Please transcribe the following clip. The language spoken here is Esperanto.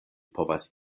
povas